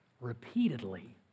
repeatedly